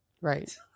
Right